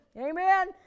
Amen